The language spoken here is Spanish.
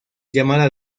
llamada